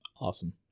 Awesome